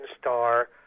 star